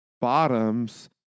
bottoms